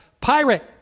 Pirate